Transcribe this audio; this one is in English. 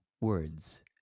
words